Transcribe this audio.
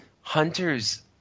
hunters